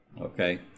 okay